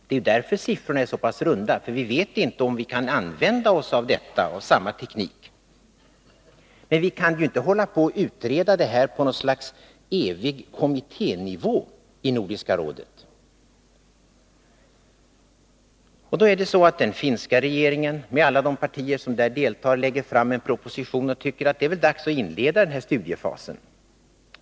Det är därför som siffrorna är så pass runda, för vi vet inte om vi kan använda oss av samma teknik. Men vi kan inte hålla på att utreda detta på någon sorts evig kommitténivå i Nordiska rådet. Den finska regeringen med alla de partier som där deltar lägger fram en proposition och tycker att det är dags att inleda den här studiefasen.